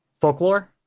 Folklore